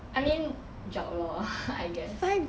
I mean job lor I guess